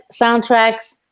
soundtracks